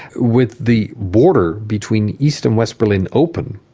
with the border between east and west berlin open,